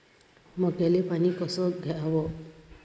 मक्याले पानी कस द्याव?